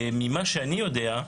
ממה שאני יודע,